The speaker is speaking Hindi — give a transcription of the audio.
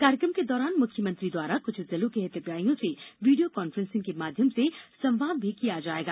कार्यक्रम के दौरान मुख्यमंत्री द्वारा कुछ जिलों के हितग्राहियों से वीडियो कॉन्फ्रेंसिंग के माध्यम से संवाद भी किया जाएगा